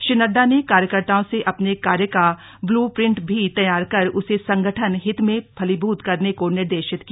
श्री नड्डा ने कार्यकर्ताओं से अपने कार्य का ब्लू प्रिंट भी तैयार कर उसे संगठन हित में फलीभूत करने को निर्देशित किया